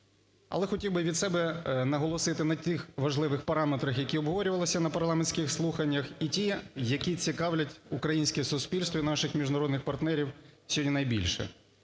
Але хотів би від себе наголосити на тих важливих параметрах, які обговорювалися на парламентських слуханнях і ті, які цікавлять українське суспільство і наших міжнародних партнерів сьогодні найбільше.